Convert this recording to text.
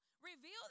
reveal